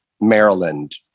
Maryland